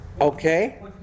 Okay